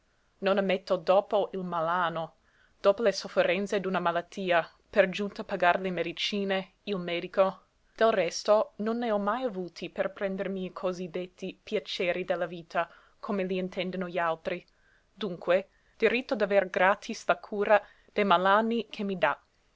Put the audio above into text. non ammetto dopo il malanno dopo le sofferenze d'una malattia per giunta pagar le medicine il medico del resto non ne ho mai avuti per prendermi i cosí detti piaceri della vita come li intendono gli altri dunque diritto d'aver gratis la cura dei malanni che mi dà